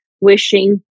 wishing